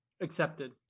accepted